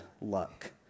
luck